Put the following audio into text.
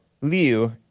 Liu